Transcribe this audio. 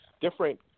different